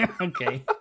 okay